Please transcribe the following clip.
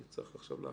צריך עכשיו להחליט.